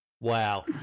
Wow